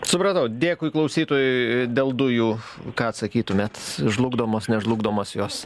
supratau dėkui klausytojui dėl dujų ką atsakytumėt žlugdomos nežlugdomos jos